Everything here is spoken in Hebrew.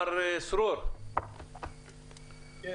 דיברת